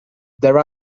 there